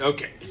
Okay